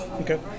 Okay